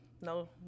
No